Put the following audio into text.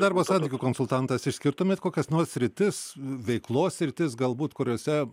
darbo santykių konsultantas išskirtumėt kokias nors sritis veiklos sritis galbūt kuriose